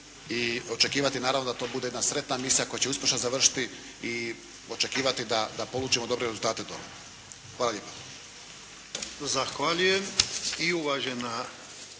i očekivati naravno da to bude jedna sretna misija koja će uspješno završiti i očekivati da polučimo dobre rezultate dole. Hvala lijepa.